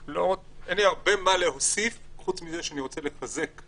אין לי הרבה מה להוסיף מלבד לחזק את